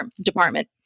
department